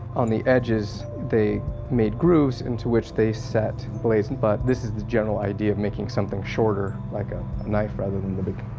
on the edges they made grooves into which they set blazing but this is the general idea of making something. shorter like a knife rather than the big.